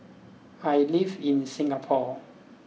I live in Singapore